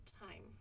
time